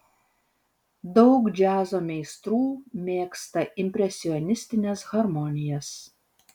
daug džiazo meistrų mėgsta impresionistines harmonijas